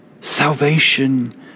salvation